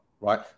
right